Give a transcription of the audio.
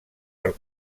per